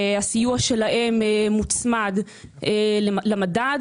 הסיוע שלהם מוצמד למדד